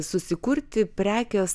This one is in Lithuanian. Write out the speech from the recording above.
susikurti prekės